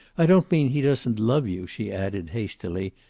i don't mean he doesn't love you, she added hastily,